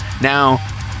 Now